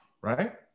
right